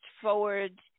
forward